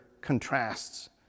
contrasts